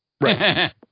Right